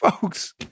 Folks